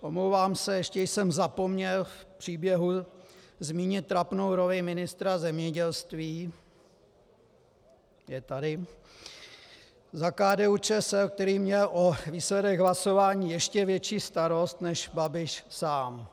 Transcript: Omlouvám se, ještě jsem zapomněl v příběhu zmínit trapnou roli ministra zemědělství, je tady, za KDUČSL, který měl o výsledek hlasování ještě větší starost než Babiš sám.